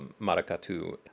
Maracatu